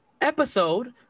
episode